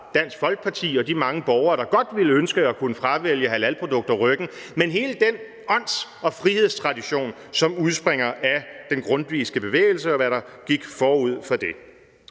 Dansk Folkeparti og de mange borgere, der godt ville ønske, at de kunne fravælge halalprodukter, ryggen, men også hele den ånds- og frihedstradition, som udspringer af den grundtvigske bevægelse, og hvad der gik forud for det.